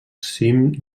cim